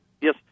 Yes